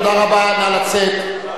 תודה רבה, נא לצאת.